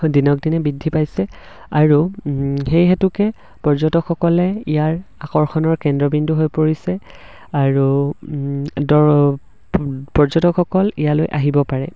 দিনক দিনে বৃদ্ধি পাইছে আৰু সেই হেতুকে পৰ্যটকসকলে ইয়াৰ আকৰ্ষণৰ কেন্দ্ৰবিন্দু হৈ পৰিছে আৰু পৰ্যটকসকল ইয়ালৈ আহিব পাৰে